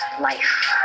life